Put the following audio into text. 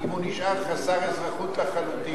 אם הוא נשאר חסר אזרחות לחלוטין.